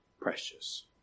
precious